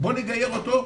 בוא נגייר אותו,